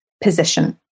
position